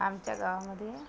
आमच्या गावामध्ये